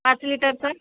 पाच लिटरचा